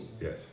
Yes